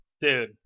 dude